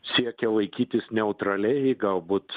siekia laikytis neutraliai galbūt